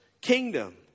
kingdom